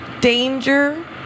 Danger